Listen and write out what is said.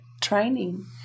training